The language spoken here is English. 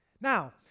Now